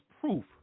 proof